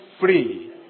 free